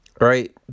Right